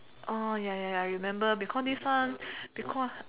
orh ya ya ya you remember because this one because